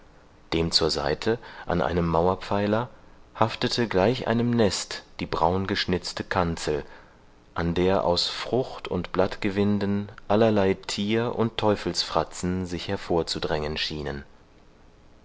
dem zur seite an einem mauerpfeiler haftete gleich einem nest die braungeschnitzte kanzel an der aus frucht und blattgewinden allerlei tier und teufelsfratzen sich hervorzudrängen schienen